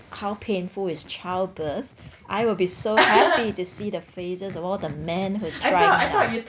how painful is childbirth I will be so happy to see the faces of all the men who's trying that